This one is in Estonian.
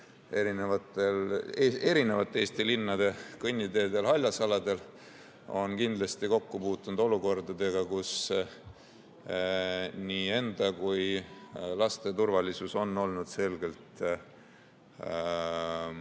erinevate Eesti linnade kõnniteedel ja haljasaladel, on kindlasti kokku puutunud olukordadega, kus nii enda kui ka laste turvalisus on olnud selgelt ohus.